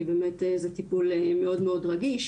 כי באמת, זה טיפול מאוד מאוד רגיש